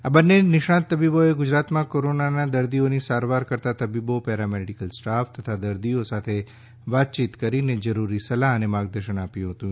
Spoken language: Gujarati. આ બંને નિષ્ણાંત તબીબોએ ગુજરાતમાં કોરોનાના દર્દીઓની સારવાર કરતાં તબીબો પેરામેડિકલ સ્ટાફ તથા દર્દીઓ સાથે વાતચીત કરીને જરૂરી સલાહ અને માર્ગદર્શન આપ્યું હતું